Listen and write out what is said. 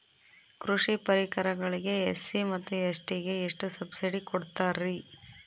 ಕೃಷಿ ಪರಿಕರಗಳಿಗೆ ಎಸ್.ಸಿ ಮತ್ತು ಎಸ್.ಟಿ ಗೆ ಎಷ್ಟು ಸಬ್ಸಿಡಿ ಕೊಡುತ್ತಾರ್ರಿ?